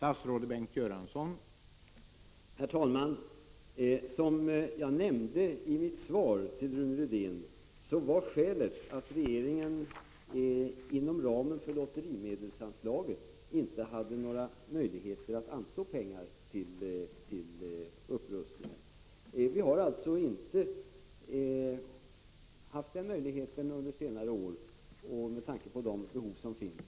Herr talman! Som jag nämnde i mitt svar till Rune Rydén, var skälet att regeringen inom ramen för lotterimedelsanslaget inte hade några möjligheter att anslå pengar till denna upprustning. Vi har alltså inte haft den möjligheten under senare år, med tanke på de behov som finns.